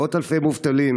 מאות אלפי מובטלים,